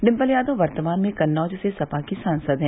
डिम्पल यादव वर्तमान में कन्नौज से सपा की सांसद है